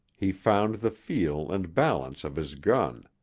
he found the feel and balance of his gun.